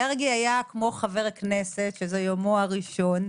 מרגי היה כמו חבר כנסת שזה יומו הראשון.